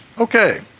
Okay